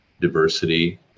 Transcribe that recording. diversity